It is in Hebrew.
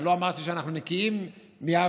אני לא אמרתי שאנחנו נקיים מעוולות,